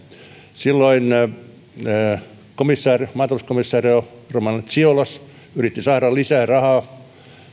silloin maatalouskomisario ciolos yritti saada lisää rahaa